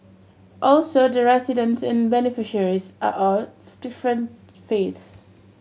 also the residents and beneficiaries are off different faiths